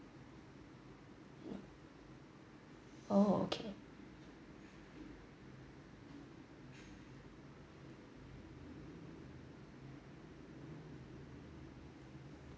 oh okay